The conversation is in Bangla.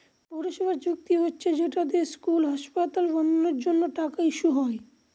পৌরসভার চুক্তি হচ্ছে যেটা দিয়ে স্কুল, হাসপাতাল বানানোর জন্য টাকা ইস্যু হয়